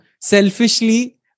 selfishly